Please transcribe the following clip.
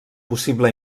possible